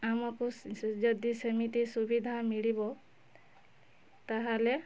ଆମକୁ ଯଦି ସେମିତି ସୁବିଧା ମିଳିବ ତାହେଲେ